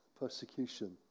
persecution